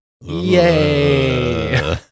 Yay